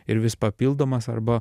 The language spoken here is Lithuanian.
ir vis papildomas arba